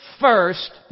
first